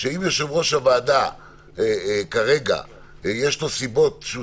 שאם ליושב-ראש הוועדה יש כרגע סיבות והוא